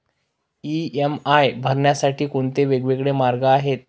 EMI भरण्यासाठी कोणते वेगवेगळे मार्ग आहेत?